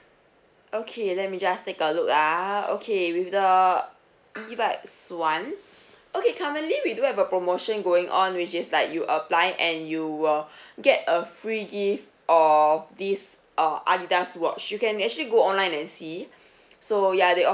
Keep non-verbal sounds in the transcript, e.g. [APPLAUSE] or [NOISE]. okay let me just take a look ah okay with the eVibes [one] [BREATH] okay currently we do have a promotion going on which is like you apply and you will [BREATH] get a free gift of this uh Adidas watch you can actually go online and see [BREATH] [NOISE] so ya they